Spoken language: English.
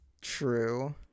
true